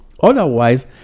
Otherwise